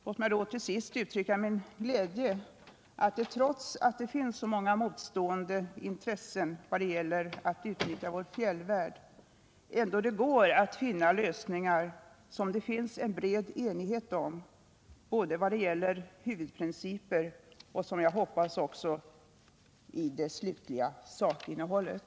Låt mig till sist uttrycka min glädje över att det trots att det finns så många motstående intressen vad gäller att utnyttja vår fjällvärld ändå går att finna lösningar som det finns bred enighet om, både i fråga om huvudprinciper och, hoppas jag, i fråga om det slutliga sakinnehållet.